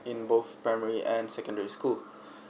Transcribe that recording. in both primary and secondary school